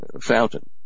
fountain